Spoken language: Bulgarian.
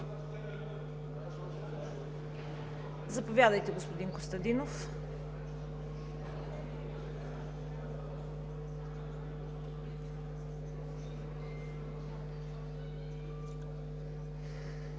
Заповядайте, господин Костадинов.